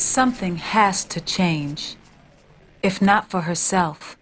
something has to change if not for herself